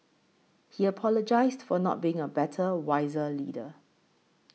he apologised for not being a better wiser leader